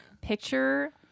Picture